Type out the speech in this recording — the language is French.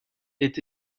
est